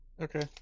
Okay